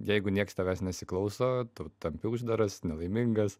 jeigu nieks tavęs nesiklauso tu tampi uždaras nelaimingas